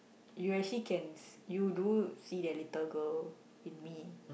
you actually can you do see that little girl in me